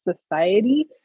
society